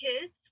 kids